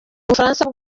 bufaransa